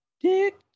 dick